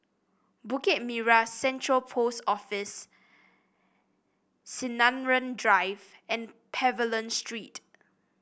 Bukit Merah Central Post Office Sinaran Drive and Pavilion Street